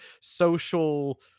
social